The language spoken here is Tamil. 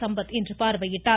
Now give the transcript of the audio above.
சம்பத் இன்று பார்வையிட்டார்